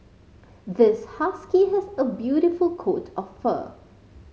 this husky has a beautiful coat of fur